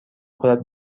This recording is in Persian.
خودت